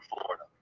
Florida